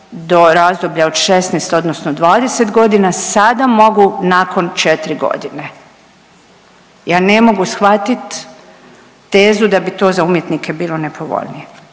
do razdoblje od 16 odnosno 20 godina, sada mogu nakon 4 godine. Ja ne mogu shvatiti tezu da bi to za umjetnike bilo nepovoljnije,